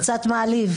זה קצת מעליב.